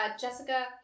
Jessica